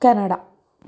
Canada